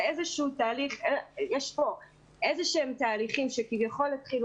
זה כאן איזה שהם תהליכים שכביכול התחילו